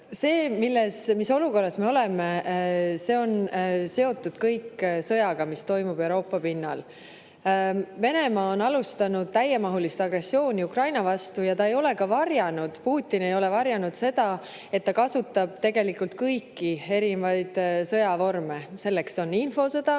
hea meel. See, mis olukorras me oleme, on kõik seotud sõjaga, mis toimub Euroopa pinnal. Venemaa on alustanud täiemahulist agressiooni Ukraina vastu ja ta ei ole varjanud, Putin ei ole varjanud, et ta kasutab kõiki erinevaid sõjavorme, milleks on ka infosõda,